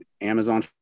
amazon